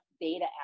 data